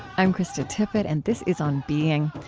i'm krista tippett, and this is on being.